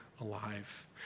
alive